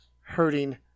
hurting